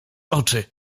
oczy